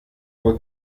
wohl